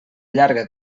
llarga